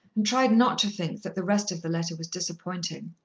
and tried not to think that the rest of the letter was disappointing.